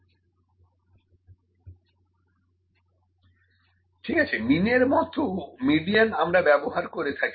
Arithmatic mean X' ∑ xijn n ঠিক আছে mean এর মতো মিডিয়ান আমরা ব্যবহার করে থাকি